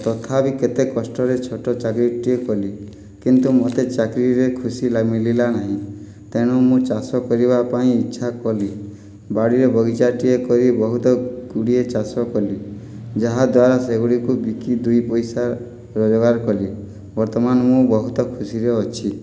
ତଥାପି କେତେ କଷ୍ଟରେ ଛୋଟ ଚାକିରୀଟିଏ କଲି କିନ୍ତୁ ମୋତେ ଚାକିରୀରେ ଖୁସି ମିଳିଲା ନାହିଁ ତେଣୁ ମୁଁ ଚାଷ କରିବା ପାଇଁ ଇଚ୍ଛା କଲି ବାଡ଼ିରେ ବଗିଚାଟିଏ କରି ବହୁତ ଗୁଡ଼ିଏ ଚାଷ କଲି ଯାହାଦ୍ୱାରା ସେଗୁଡ଼ିକୁ ବିକି ଦୁଇ ପଇସା ରୋଜଗାର କଲି ବର୍ତ୍ତମାନ ମୁଁ ବହୁତ ଖୁସିରେ ଅଛି